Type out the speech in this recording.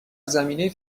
زمینه